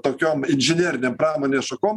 tokiom inžinerinėm pramonės šakom